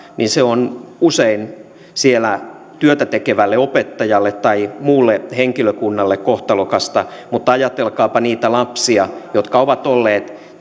niin se on usein siellä työtä tekevälle opettajalle tai muulle henkilökunnalle kohtalokasta mutta ajatelkaapa niitä lapsia jotka ovat olleet